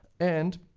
and